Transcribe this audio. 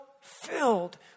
filled